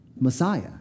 Messiah